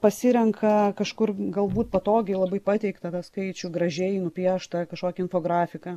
pasirenka kažkur galbūt patogiai labai pateiktą tą skaičių gražiai nupieštą kažkokį infografiką